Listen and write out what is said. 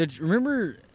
Remember